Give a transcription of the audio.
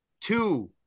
two